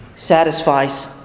satisfies